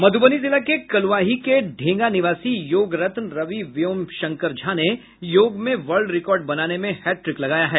मधुबनी जिला के कलुआही के ढंगा निवासी योगरत्न रवि व्योम शंकर झा ने योग में वर्ल्ड रिकॉर्ड बनाने में हैट्रिक लगाया है